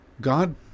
God